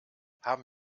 haben